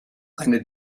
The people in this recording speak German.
eine